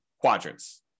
quadrants